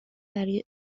برای